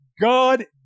God